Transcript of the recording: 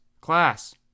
class